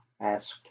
asked